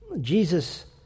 Jesus